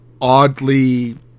oddly